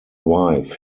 wife